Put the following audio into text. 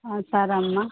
సరే అమ్మ